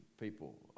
people